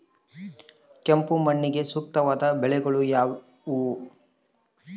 ಕೆಂಪು ಮಣ್ಣಿಗೆ ಸೂಕ್ತವಾದ ಬೆಳೆಗಳು ಯಾವುವು?